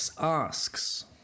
asks